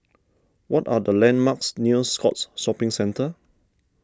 what are the landmarks near Scotts Shopping Centre